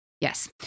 Yes